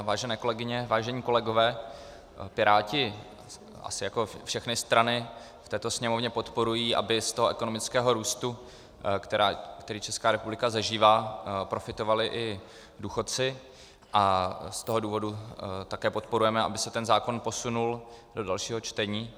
Vážené kolegyně, vážení kolegové, Piráti asi jako všechny strany v této Sněmovně podporují, aby z ekonomického růstu, který Česká republika zažívá, profitovali i důchodci, a z toho důvodu také podporujeme, aby se ten zákon posunul do dalšího čtení.